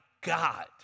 God